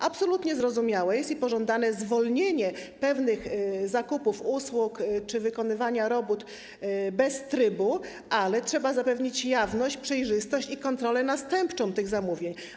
Absolutnie zrozumiałe i pożądane jest zwolnienie z tego pewnych zakupów, usług czy wykonywania robót bez trybu, ale trzeba zapewnić jawność, przejrzystość i kontrolę następczą tych zamówień.